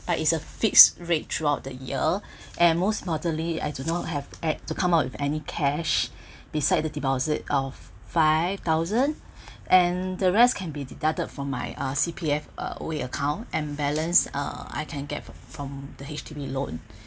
but it's a fixed rate throughout the year and most importantly I do not have act to come up with any cash beside the deposit of five thousand and the rest can be deducted from my uh C_P_F uh O_A account and balance uh I can get from from the H_D_B loan